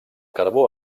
carbó